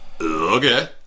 Okay